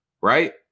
right